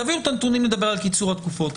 תביאו את הנתונים, נדבר על קיצור התקופות.